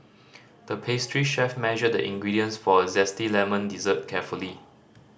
the pastry chef measured the ingredients for a zesty lemon dessert carefully